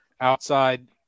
outside